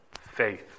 Faith